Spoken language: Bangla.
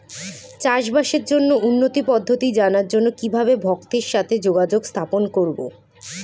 চাষবাসের জন্য উন্নতি পদ্ধতি জানার জন্য কিভাবে ভক্তের সাথে যোগাযোগ স্থাপন করব?